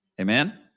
Amen